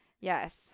yes